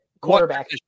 Quarterback